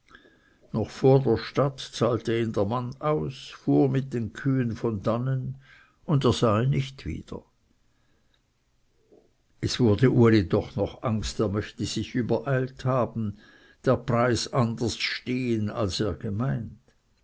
noch vor der stadt zahlte ihn der mann aus fuhr mit den kühen von dannen und er sah ihn nicht wieder es wurde uli doch noch angst er möchte sich übereilt haben der preis anders stehen als er gemeint